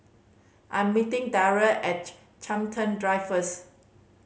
I am meeting Derrell at Chiltern Drive first